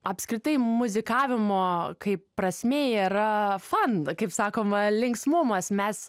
apskritai muzikavimo kaip prasmė yra fan kaip sakoma linksmumas mes